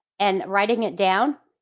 and writing it down,